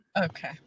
okay